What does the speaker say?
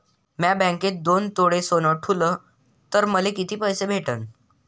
म्या बँकेत दोन तोळे सोनं ठुलं तर मले किती पैसे भेटन